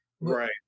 Right